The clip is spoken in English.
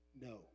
No